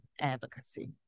advocacy